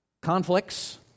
conflicts